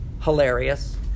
hilarious